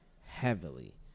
heavily